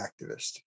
activist